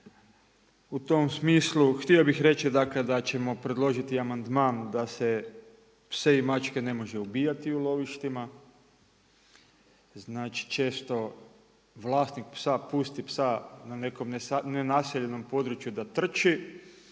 U tom smislu htio bih reći da ćemo predložiti amandman da se pse i mačke ne može ubijati u lovištima, znači često vlasnik psa pusti psa na nekom nenaseljenom području da trči